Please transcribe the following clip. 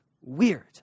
weird